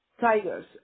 tigers